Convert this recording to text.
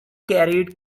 carried